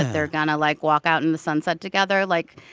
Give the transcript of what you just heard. that they're going to, like, walk out in the sunset together, like,